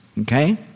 okay